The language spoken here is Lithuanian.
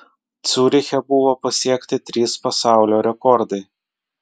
ciuriche buvo pasiekti trys pasaulio rekordai